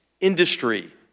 industry